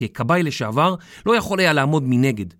ככבאי לשעבר לא יכול היה לעמוד מנגד.